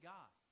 God